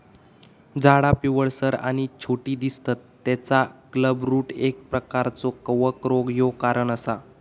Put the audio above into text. झाडा पिवळसर आणि छोटी दिसतत तेचा क्लबरूट एक प्रकारचो कवक रोग ह्यो कारण असा